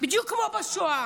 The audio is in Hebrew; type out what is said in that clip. בדיוק כמו בשואה.